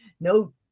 no